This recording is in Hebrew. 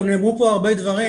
נאמרו פה הרבה דברים,